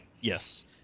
Yes